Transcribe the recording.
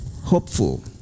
Hopeful